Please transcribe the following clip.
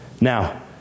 Now